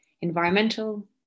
environmental